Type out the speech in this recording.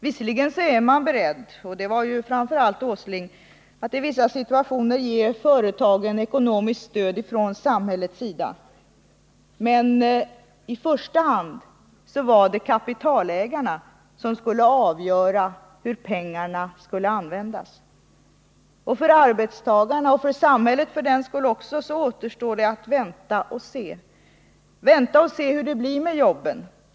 Visserligen är man beredd — det har framför allt Nils Åsling varit — att i vissa situationer ge företagen ekonomiskt stöd från samhället, men i första hand är det kapitalägarna som skall avgöra hur pengarna skall användas. För arbetstagarna och för samhället återstår att vänta och se. Att vänta och se hur det blir med jobben.